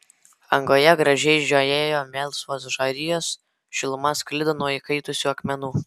angoje gražiai žiojėjo melsvos žarijos šiluma sklido nuo įkaitusių akmenų